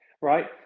right